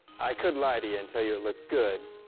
i could lie to you and tell you it looked good.